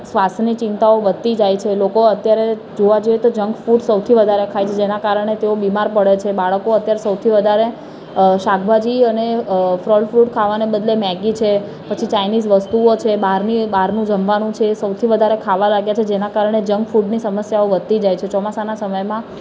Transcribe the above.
શ્વાસની ચિંતાઓ વધતી જાય છે લોકો અત્યારે જોવા જઈએ તો જંક ફૂડ સૌથી વધારે ખાય છે જેના કારણે તેઓ બીમાર પડે છે બાળકો અત્યારે સૌથી વધારે શાકભાજી અને ફળ ફ્રુટ ખાવાનાં બદલે મૅગી છે પછી ચાઇનીઝ વસ્તુઓ છે બહારની બહારનું જમવાનું છે એ સૌથી વધારે ખાવાં લાગ્યાં છે જેના કારણે જંક ફૂડની સમસ્યાઓ વધતી જય છે ચોમાસાના સમયમાં